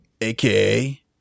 AKA